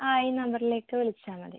ആ ഈ നമ്പറിലേക്ക് വിളിച്ചാൽ മതി